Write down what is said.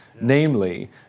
Namely